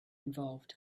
involved